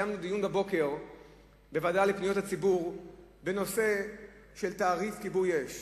קיימנו דיון בוועדה לפניות הציבור בנושא של תעריף כיבוי אש